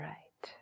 Right